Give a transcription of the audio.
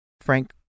frank